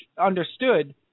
understood